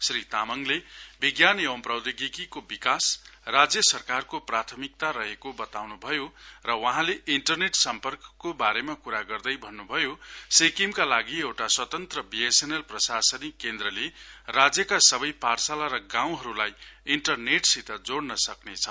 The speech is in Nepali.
श्री तामाङले विज्ञान एंव प्रौधोगिकीको विकास राज्य सरकारको प्रथामिक रहेको बताउँनु भयो र वहाँले इन्टरनेट सम्पर्कको बारे कुरा गर्दै भन्नुभयो सिक्किमका लागी एउटा स्वतन्त्र बीएसएनएल प्रशासनिक केन्द्रले राज्यका सबै पाठशाला र गाँउहरुलाई इन्टरनेट सित जोड़न सक्रेछ